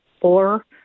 four